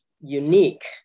unique